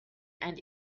and